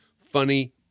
funny